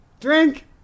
Drink